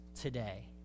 today